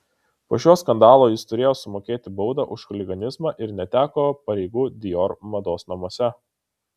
po šio skandalo jis turėjo sumokėti baudą už chuliganizmą ir neteko pareigų dior mados namuose